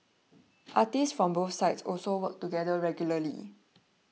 artists from both sides also work together regularly